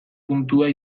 puntua